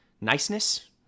niceness